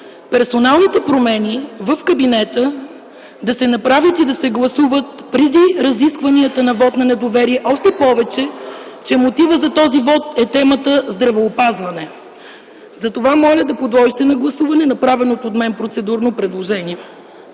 персоналните промени в кабинета да се направят и да се гласуват преди разискванията за вот на недоверие, още повече че мотивът за този вот е темата „Здравеопазване”. Затова моля да подложите на гласуване направеното от мен процедурно предложение.